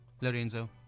Lorenzo